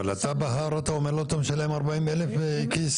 אבל בהר אתה אומר לו אתה משלם 40 אלף כיסוד.